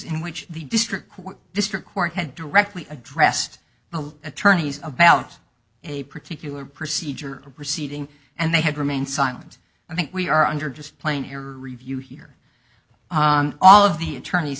in which the district court district court had directly addressed the attorneys about a particular procedure of proceeding and they had remained silent i think we are under just plain your review here all of the attorneys